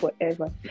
forever